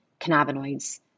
cannabinoids